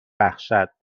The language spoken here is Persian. بخشد